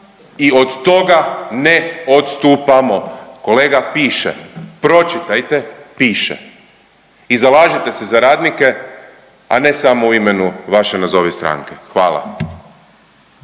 i od toga ne odstupamo. Kolega piše pročitajte piše i zalažite se za radnike, a ne samo u imenu vaše nazovi stranke. Hvala.